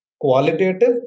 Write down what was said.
Qualitative